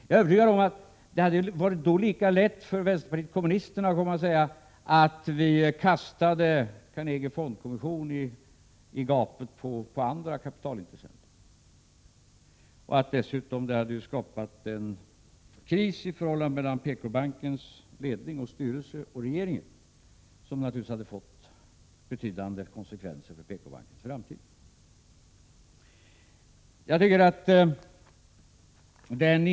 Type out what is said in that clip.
Jag är övertygad om att det då hade varit lika lätt för vänsterpartiet kommunisterna och komma att säga att vi kastade Carnegie Fondkommission i gapet på andra kapitalintressenter. Dessutom hade det skapat en kris i förhållandet mellan PKbankens ledning och styrelse och regeringen, vilket naturligtvis hade fått betydande konsekvenser för PKbankens framtid.